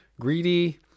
greedy